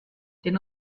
den